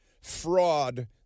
fraud